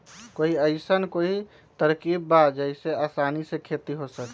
कोई अइसन कोई तरकीब बा जेसे आसानी से खेती हो सके?